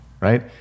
right